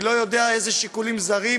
אני לא יודע אילו שיקולים זרים,